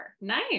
Nice